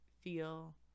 feel